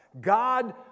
God